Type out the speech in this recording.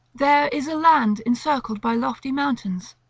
there is a land encircled by lofty mountains,